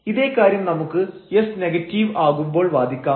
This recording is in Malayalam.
ഇതേ കാര്യം നമുക്ക് s നെഗറ്റീവ് ആകുമ്പോൾ വാദിക്കാം